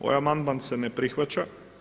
Ovaj amandman se ne prihvaća.